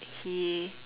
he